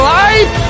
life